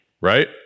right